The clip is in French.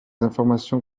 informations